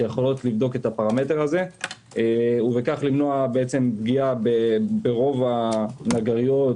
שיכולות לבדוק את הפרמטר הזה ובכך למנוע פגיעה ברוב הנגריות,